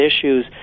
issues